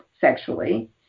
sexually